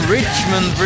Richmond